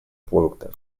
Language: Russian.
пунктов